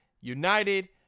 United